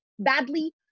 Badly